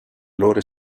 loro